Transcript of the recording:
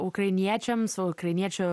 ukrainiečiams o ukrainiečių